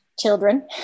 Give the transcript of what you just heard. children